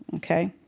ok.